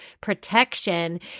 protection